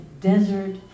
desert